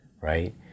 right